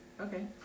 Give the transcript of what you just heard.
Okay